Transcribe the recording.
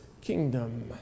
kingdom